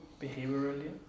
behaviorally